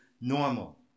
normal